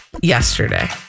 yesterday